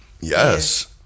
Yes